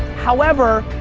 however,